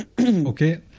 Okay